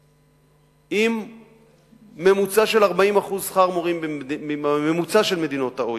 עם ממוצע של 40% שכר מורים מממוצע של מדינות ה-OECD,